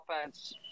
offense